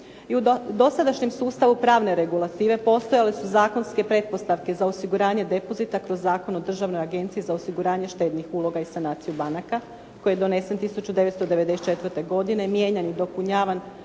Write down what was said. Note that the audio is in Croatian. u dosadašnjem sustavu pravne regulative postojale su zakonske pretpostavke za osiguranje depozita kroz Zakon o državnoj agenciji za osiguranje štednih uloga i sanaciju banaka koji je donesen 1994. godine, mijenjan i dopunjavan